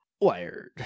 wired